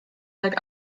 like